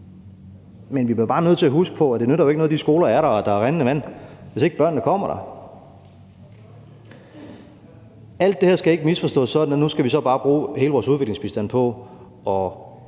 jo også bare nødt til at huske på, at det ikke nytter noget, at de skoler er der, og at der er rindende vand, hvis ikke børnene kommer der. Alt det her skal ikke misforstås sådan, at vi så nu bare skal bruge hele vores udviklingsbistand på at